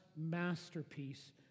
masterpiece